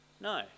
no